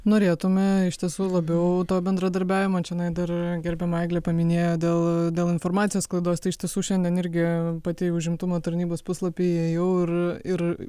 norėtume iš tiesų labiau to bendradarbiavimo čionai dar gerbiama eglė paminėjo dėl dėl informacijos sklaidos tai iš tiesų šiandien irgi pati užimtumo tarnybos puslapį įėjau ir ir